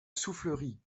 soufflerie